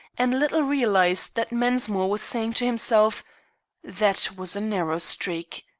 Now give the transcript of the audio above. and little realized that mensmore was saying to himself that was a narrow squeak.